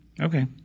Okay